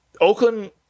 oakland